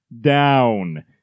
down